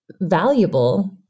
valuable